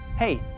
hey